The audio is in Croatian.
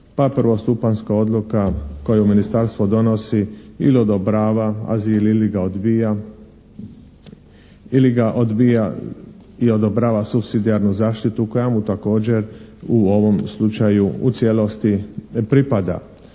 prvostupanjska odluka koju Ministarstvo donosi, ili odobravanja azil ili ga odbija ili ga odbija i odobrava supsidijarnu zaštitu koja mu također u ovom slučaju u cijelosti pripada.